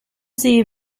sie